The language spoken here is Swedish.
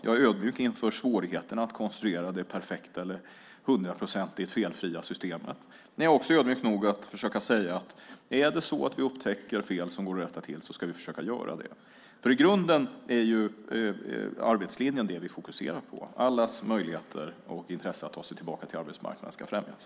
Jag är ödmjuk inför svårigheterna att konstruera det perfekta eller det hundraprocentigt felfria systemet. Men jag är också ödmjuk nog att säga att om vi upptäcker fel som går att rätta till ska vi försöka göra det. I grunden är det arbetslinjen som vi fokuserar på. Allas möjligheter och intresse att ta sig tillbaka till arbetsmarknaden ska främjas.